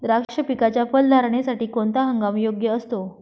द्राक्ष पिकाच्या फलधारणेसाठी कोणता हंगाम योग्य असतो?